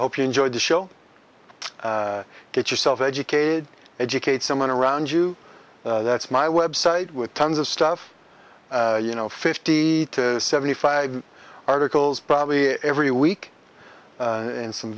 hope you enjoyed the show get yourself educated educate someone around you that's my website with tons of stuff you know fifty to seventy five articles probably every week in some